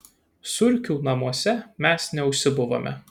surkių namuose mes neužsibuvome